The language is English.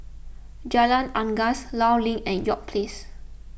Jalan Unggas Law Link and York Place